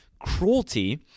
Cruelty